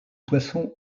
poisson